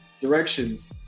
Directions